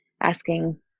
asking